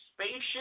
spaceship